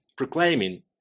proclaiming